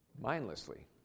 mindlessly